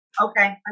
okay